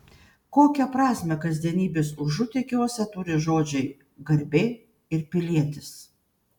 kokią prasmę kasdienybės užutėkiuose turi žodžiai garbė ir pilietis